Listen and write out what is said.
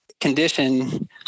condition